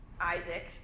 Isaac